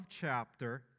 chapter